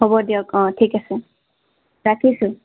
হ'ব দিয়ক অঁ ঠিক আছে ৰাখিছোঁ